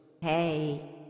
Hey